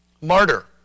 martyr